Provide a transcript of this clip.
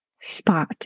spot